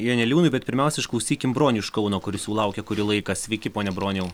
janeliūnui bet pirmiausia išklausykim bronių iš kauno kuris jau laukia kurį laiką sveiki pone broniau